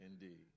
Indeed